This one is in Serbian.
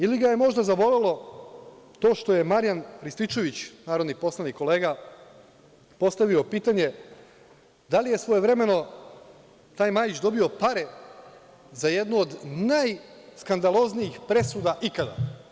Ili, možda ga je zabolelo to što je Marijan Rističević narodni poslanik, kolega, postavio pitanje - da li je svojevremeno taj Majić dobio pare za jednu od najskandaloznijih presuda ikada?